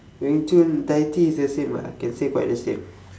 wing chun tai chi is the same ah I can say quite the same